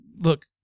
look